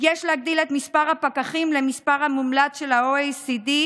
יש להגדיל את מספר הפקחים למספר המומלץ של ה-OECD,